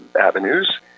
avenues